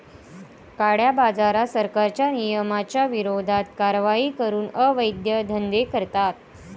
काळ्याबाजारात, सरकारच्या नियमांच्या विरोधात कारवाई करून अवैध धंदे करतात